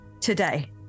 today